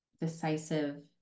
decisive